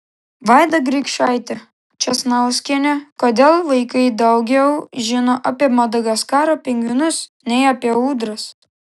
vaida grikšaitė česnauskienė kodėl vaikai daugiau žino apie madagaskaro pingvinus nei apie ūdras